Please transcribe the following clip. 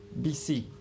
BC